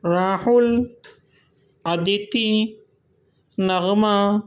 Rahil Aditi Nagma